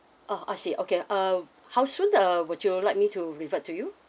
ah I see okay err how soon err would you like me to revert to you